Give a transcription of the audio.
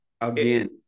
Again